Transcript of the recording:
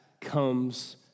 comes